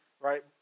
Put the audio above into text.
Right